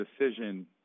decision